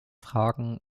fragen